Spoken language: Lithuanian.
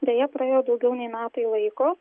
deja praėjo daugiau nei metai laiko